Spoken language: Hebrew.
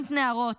פרלמנט נערות,